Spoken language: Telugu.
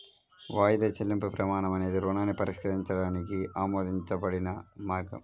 వాయిదా చెల్లింపు ప్రమాణం అనేది రుణాన్ని పరిష్కరించడానికి ఆమోదించబడిన మార్గం